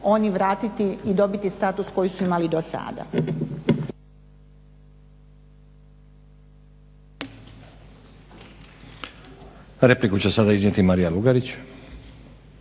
oni vratiti i dobiti status koji su imali i do sada.